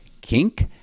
Kink